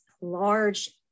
large